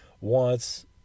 wants